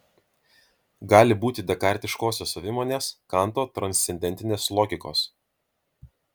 gali būti dekartiškosios savimonės kanto transcendentinės logikos